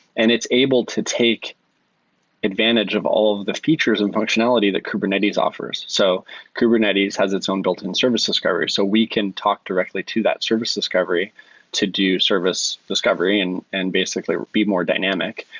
and it's able to take advantage of all of the features and functionality that kubernetes offers. so kubernetes has its own built-in services discovery. so we can talk directly to that service discovery to do service discovery and and basically be more dynamic.